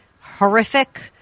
horrific